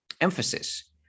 emphasis